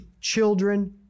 children